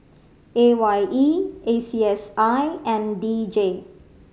A Y E A C S I and D J